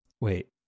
wait